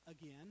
again